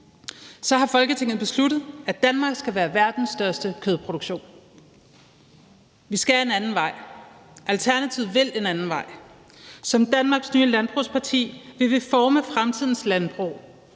det har Folketinget besluttet, at Danmark skal være verdens største kødproduktion. Vi skal en anden vej. Alternativet vil en anden vej. Som Danmarks nye landbrugsparti vil vi forme fremtidens landbrug.